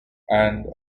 and